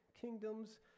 kingdoms